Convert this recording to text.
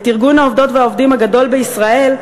את ארגון העובדות והעובדים הגדול בישראל,